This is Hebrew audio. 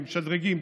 ומשדרגים,